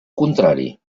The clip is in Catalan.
contrari